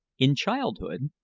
in childhood,